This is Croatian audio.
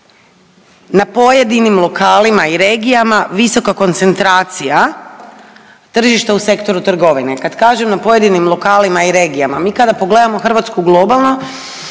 na pojedinim lokalima i regijama visoka koncentracija tržišta u sektoru trgovine. Kad kažem na pojedinim lokalima i regijama, mi kada pogledamo Hrvatsku globalno